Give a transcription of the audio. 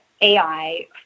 AI